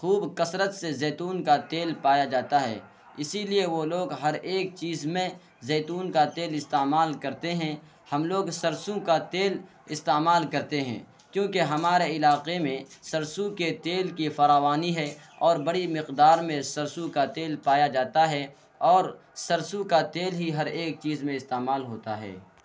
خوب کثرت سے زیتون کا تیل پایا جاتا ہے اسی لیے وہ لوگ ہر ایک چیز میں زیتون کا تیل استعمال کرتے ہیں ہم لوگ سرسوں کا تیل استعمال کرتے ہیں کیونکہ ہمارے علاقے میں سرسوں کے تیل کی فراوانی ہے اور بڑی مقدار میں سرسوں کا تیل پایا جاتا ہے اور سرسوں کا تیل ہی ہر ایک چیز میں استعمال ہوتا ہے